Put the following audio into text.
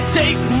take